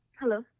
Hello